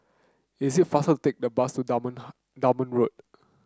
is it faster to take the bus to Dunman Dunman Road